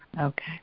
Okay